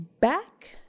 back